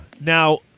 now